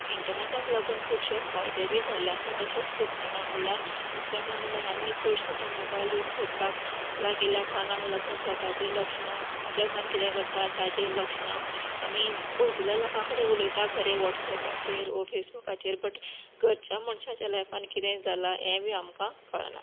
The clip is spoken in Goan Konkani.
इंटरनेटाक लागून खुबशें फायदें बी जाल्ले आसा तशेंच लुकसाना म्हणल्यार लुकसाना म्हणल्यार आमी चडशें आता मोबायल युज करपाक लागिल्या कराणाक लागून स्वताचेर लक्ष्य ना जगान कितें घडटां ताचेर लक्ष्य ना आमी पयसुल्या लोकां कडेन उलयतां खरें वॉटसऍपाचेर ओ फेसबुकाचेर बट घरच्या मनशाच्या लायफान कितें जालां हें आमकां कळना